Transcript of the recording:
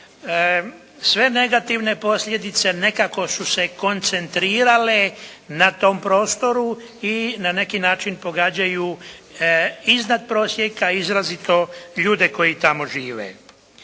sve negativne posljedice nekako su se koncentrirale na tom prostoru i na neki način pogađaju iznad prosjeka izrazito ljude koji tamo žive.